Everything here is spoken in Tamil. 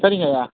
சரிங்க ஐயா